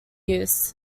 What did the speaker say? use